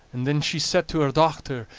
and then she set to her dochter,